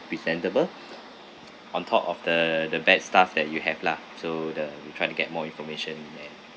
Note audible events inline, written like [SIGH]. presentable [BREATH] on top of the the bad stuff that you have lah so the we try to get more information and